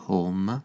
Home